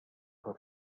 her